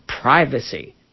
privacy